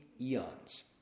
eons